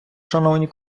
шановні